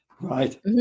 right